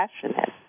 passionate